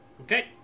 Okay